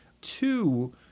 Two